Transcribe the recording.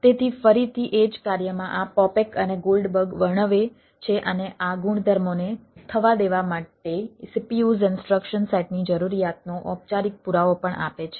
તેથી ફરીથી એ જ કાર્યમાં આ પોપેક અને ગોલ્ડબર્ગ વર્ણવે છે અને આ ગુણધર્મોને થવા દેવા માટે CPUs ઇન્સ્ટ્રક્શન સેટની જરૂરિયાતનો ઔપચારિક પુરાવો પણ આપે છે